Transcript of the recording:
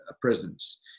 presence